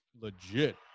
legit